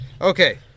Okay